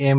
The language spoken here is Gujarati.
એમ